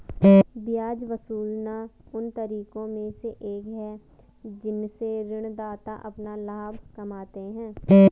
ब्याज वसूलना उन तरीकों में से एक है जिनसे ऋणदाता अपना लाभ कमाते हैं